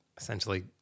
essentially